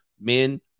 men